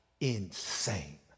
insane